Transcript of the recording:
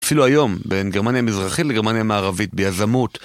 אפילו היום, בין גרמניה המזרחית לגרמניה המערבית ביזמות.